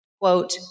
quote